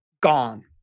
gone